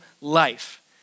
life